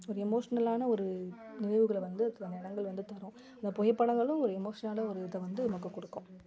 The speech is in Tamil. ஒரு எமோஷ்னலான ஒரு நினைவுகளை வந்து அது சில நேரங்கள் வந்து தரும் இந்த புகைப்படங்களும் ஒரு எமோஷ்னலான ஒரு இதை நமக்கு கொடுக்கும்